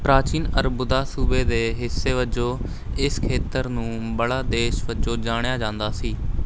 ਪ੍ਰਾਚੀਨ ਅਰਬੂਦਾ ਸੂਬੇ ਦੇ ਹਿੱਸੇ ਵਜੋਂ ਇਸ ਖੇਤਰ ਨੂੰ ਬਲ਼ਾ ਦੇਸ਼ ਵਜੋਂ ਜਾਣਿਆ ਜਾਂਦਾ ਸੀ